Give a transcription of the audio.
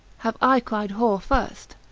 have i cried whore first,